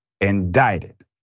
indicted